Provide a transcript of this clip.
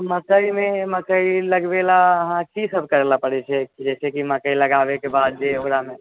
मकइमे मकइ लगबै लए अहाँ की सब करय लए परै छै जाहिसॅं कि मकइ लगाबैके बाद जे ओकरामे